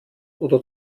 oder